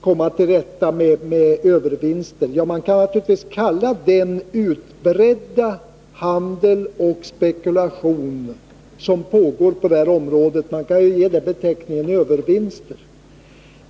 komma till rätta med övervinster på bostadsrätter. Man kan naturligtvis i samband med den utbredda handeln och spekulationen som pågår på detta område tala om övervinster.